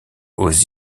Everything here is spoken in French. aux